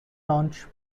launch